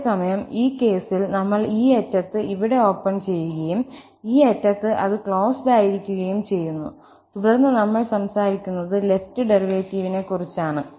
അതേസമയം ഈ കേസിൽ നമ്മൾ ഈ അറ്റത്ത് ഇവിടെ ഓപ്പൺ ചെയ്യുകയും ഈ അറ്റത്ത് അത് ക്ലോസ്ഡ് ആയിരിക്കുകയും ചെയ്യുന്നു തുടർന്ന് നമ്മൾ സംസാരിക്കുന്നത് ലെഫ്റ് ഡെറിവേറ്റീവിനെക്കുറിച്ചാണ്